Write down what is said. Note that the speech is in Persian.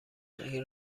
این